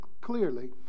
clearly